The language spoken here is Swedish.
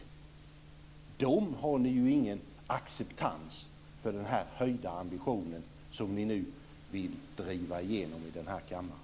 Hos dem har ni ingen acceptans för den höjda ambition som ni nu vill driva igenom här i kammaren.